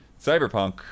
cyberpunk